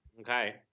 Okay